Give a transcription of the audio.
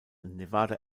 nevada